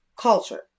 culture